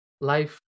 life